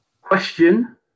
Question